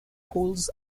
holds